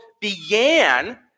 began